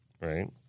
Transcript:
right